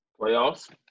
Playoffs